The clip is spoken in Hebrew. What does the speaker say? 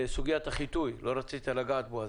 סוגיית החיטוי לא רצית לגעת בו,